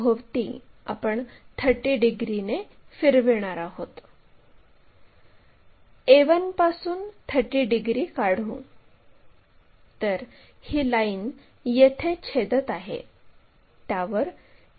आडव्या प्लेनसोबत आणि उभ्या प्लेनसोबत असलेल्या लाईनच्या ट्रेसेसचे वेगवेगळे प्रकार आहेत